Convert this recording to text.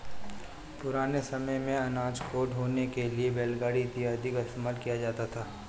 पुराने समय मेंअनाज को ढोने के लिए बैलगाड़ी इत्यादि का इस्तेमाल किया जाता था